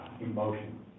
emotion